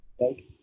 Right